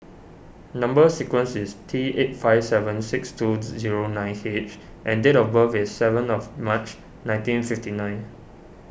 Number Sequence is T eight five seven six two zero nine H and date of birth is seven of March nineteen fifty nine